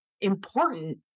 important